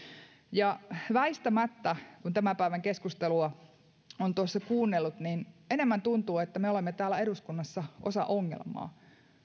väistämättä kun tämän päivän keskustelua on tuossa kuunnellut tuntuu että me olemme täällä eduskunnassa enemmän osa ongelmaa